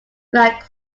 like